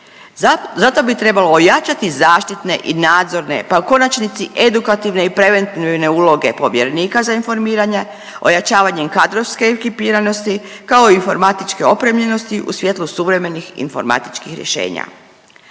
Zato bi trebalo ojačati zaštitne i nadzorne pa u konačnici edukativne i preventivne uloge povjerenika za informiranje, ojačavanjem kadrovske ekipiranosti kao i informatičke opremljenosti u svjetlu suvremenih informatičkih rješenja.